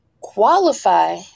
qualify